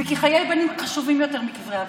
וכי חיי בנים חשובים יותר מקברי אבות.